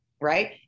right